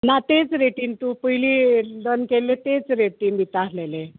ना तेच रेटीन तूं पयली डन केल्ले तेच रेटीन दिता आहलेले